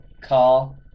Call